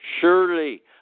surely